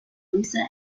lisa